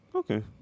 Okay